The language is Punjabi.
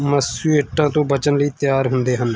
ਮਸੂਏਟਾਂ ਤੋਂ ਬਚਣ ਲਈ ਤਿਆਰ ਹੁੰਦੇ ਹਨ